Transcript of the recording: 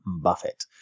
Buffett